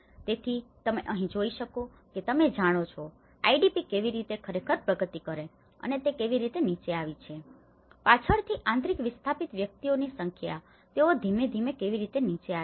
તેથી તમે અહીં જોઈ શકો છો કે તમે જાણો છો આઇડીપી કેવી રીતે તે ખરેખર પ્રગતિ કરી છે અને તે નીચે આવી છે પાછળથી આંતરિક વિસ્થાપિત વ્યક્તિઓની સંખ્યા તેઓ ધીમે ધીમે કેવી રીતે નીચે આવી છે